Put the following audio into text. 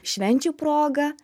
švenčių proga